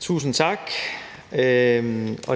Tusind tak.